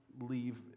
leave